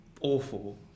awful